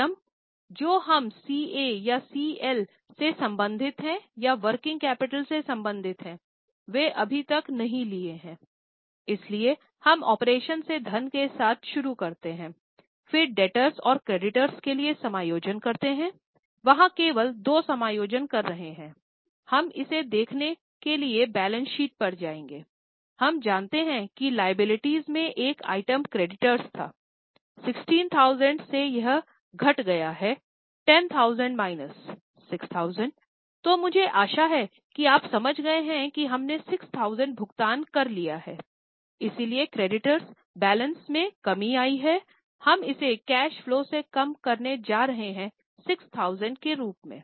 item जो हम CA या सीएल से संबंधित हैं या वर्किंग कैपिटल बैलेंस में कमी आई है हम इसे कैश फलो से कम करने जा रहे हैं 6000 के रूप में